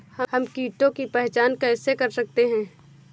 हम कीटों की पहचान कैसे कर सकते हैं?